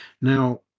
Now